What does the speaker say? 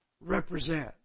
represent